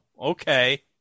okay